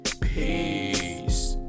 peace